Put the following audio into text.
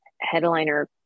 headliner